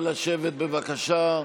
לשבת, בבקשה.